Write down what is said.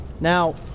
Now